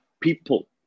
People